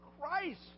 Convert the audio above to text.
Christ